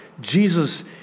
Jesus